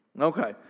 Okay